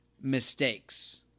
mistakes